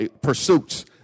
pursuits